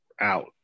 out